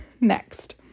next